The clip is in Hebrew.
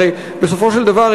הרי בסופו של דבר,